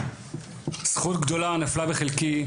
זכות גדולה נפלה בחלקי,